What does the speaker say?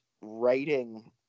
writing